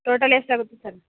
total ಎಷ್ಟು ಆಗುತ್ತೆ sir